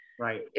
Right